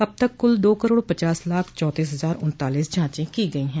अब तक कुल दो करोड़ पचास लाख चौतीस हजार उन्तालीस जांच की गई हैं